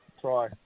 Try